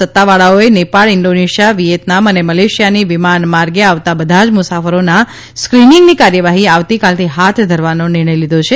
સત્તાવાળાઓએ Nepal Indonesia Vietnam અને મલેશિયાથી વિમાન માર્ગે આવતા બધા જ મુસાફરોના સ્કિનિંગની કાર્યવાહી આવતીકાલથી હાથ ધરવાનો નિર્ણય લીધો છે